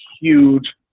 huge